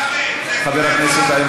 צחי, זה כולל נוער הגבעות, תגיד?